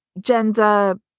gender